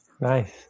Nice